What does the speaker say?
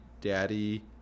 Daddy